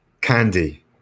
candy